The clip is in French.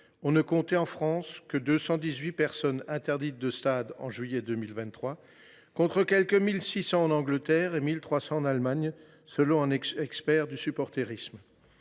on ne comptait en France que 218 personnes interdites de stade en juillet 2023, contre quelque 1 600 en Angleterre et 1 300 en Allemagne. En matière d’organisation,